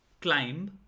climb